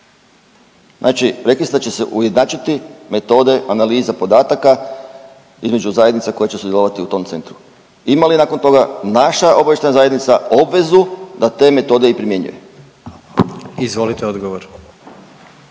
Znači rekli ste da će se ujednačiti metode analize podataka između zajednica koje će sudjelovati u tom centru, imali li nakon toga naša obavještajna zajednica obvezu da te metode i primjenjuje? **Jandroković,